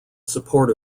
support